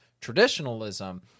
traditionalism